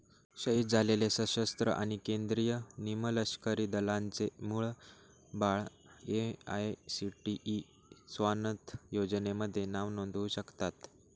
शहीद झालेले सशस्त्र आणि केंद्रीय निमलष्करी दलांचे मुलं बाळं ए.आय.सी.टी.ई स्वानथ योजनेमध्ये नाव नोंदवू शकतात